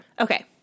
Okay